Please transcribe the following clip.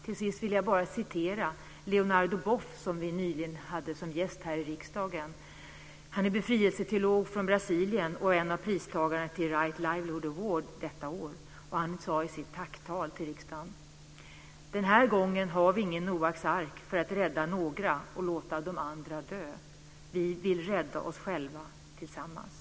Till sist vill jag citera Leonardo Boff, som vi nyligen hade som gäst här i riksdagen. Han är befrielseteolog från Brasilien och en av pristagarna till Right Livelihood Award detta år. I sitt tacktal till riksdagen sade han: "Den här gången har vi ingen Noaks Ark för att rädda några och låta de andra dö. Vi vill rädda oss själva tillsammans."